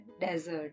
desert